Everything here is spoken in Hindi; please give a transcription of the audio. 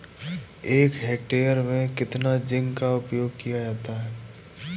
एक हेक्टेयर में कितना जिंक का उपयोग किया जाता है?